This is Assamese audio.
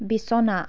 বিছনা